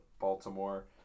Baltimore